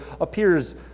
appears